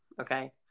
Okay